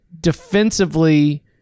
defensively